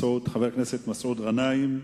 חבר הכנסת מסעוד גנאים,